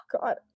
God